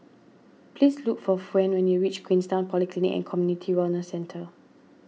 please look for Fawn when you reach Queenstown Polyclinic and Community Wellness Centre